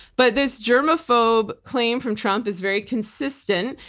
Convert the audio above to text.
but this germaphobe claim from trump is very consistent.